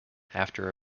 after